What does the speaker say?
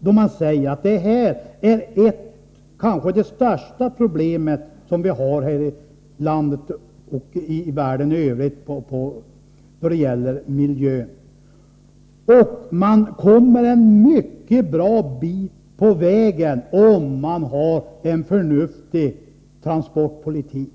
då man säger att det här är ett av de största, kanske det allra största, av de problem vi har här i landet och i världen i övrigt i fråga om miljön, så måste man enligt min uppfattning verka för en förnuftig transportpolitik.